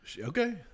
Okay